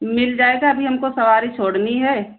मिल जाएगा अभी हमको सवारी छोड़नी है